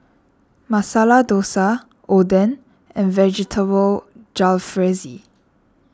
Masala Dosa Oden and Vegetable Jalfrezi